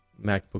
MacBook